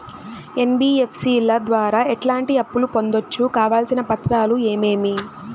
NBFC ల ద్వారా ఎట్లాంటి అప్పులు పొందొచ్చు? కావాల్సిన పత్రాలు ఏమేమి?